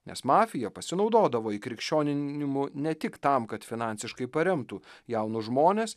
nes mafija pasinaudodavo įkrikščioninimu ne tik tam kad finansiškai paremtų jaunus žmones